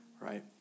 right